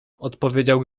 odpowiedział